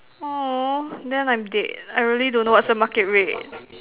then I'm dead I really don't know what's the market rate